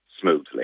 smoothly